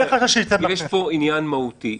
אין חשש --- יש פה עניין מהותי,